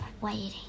waiting